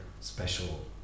special